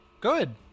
Good